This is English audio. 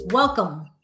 Welcome